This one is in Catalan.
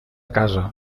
casa